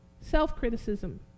Self-criticism